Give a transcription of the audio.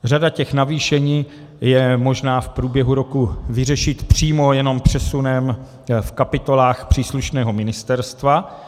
Řada těch navýšení je možná v průběhu roku vyřešit přímo jenom přesunem v kapitolách příslušného ministerstva.